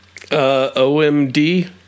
OMD